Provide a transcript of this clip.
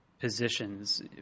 positions